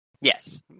Yes